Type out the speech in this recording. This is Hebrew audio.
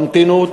תמתינו,